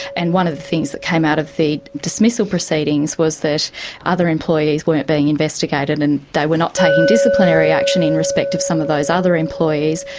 and one of the things that came out of the dismissal proceedings was that other employees weren't being investigated and they were not taking disciplinary action in respect of some of those other employees,